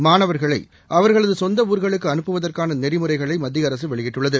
மாணவா்களை அவா்களது சொந்த ஊர்களுக்கு அனுப்புவதற்கான நெறிமுறைகளை மத்திய அரசு வெளியிட்டுள்ளது